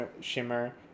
Shimmer